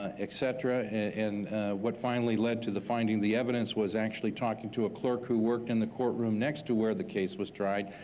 ah etc. and what finally led to the finding the evidence was actually talking to a clerk who worked in the courtroom next to where the case was tried.